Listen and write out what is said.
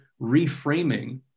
reframing